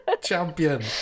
champion